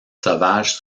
sauvage